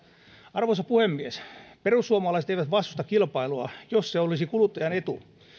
arvoisa puhemies perussuomalaiset eivät vastusta kilpailua jos se olisi kuluttajan etu